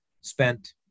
spent